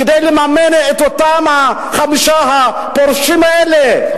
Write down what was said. כדי לממן את אותם החמישה, הפורשים האלה?